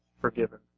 forgiven